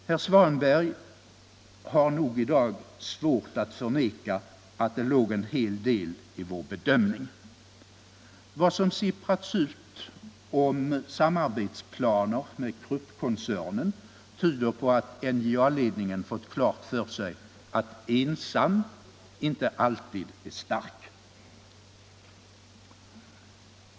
Herr Svanberg har nog i dag svårt att förneka att det låg en hel del i vår bedömning. Vad som sipprat ut om samarbetsplaner med Kruppkoncernen tyder på att NJA-ledningen fått klart för sig att ensam inte alltid är stark.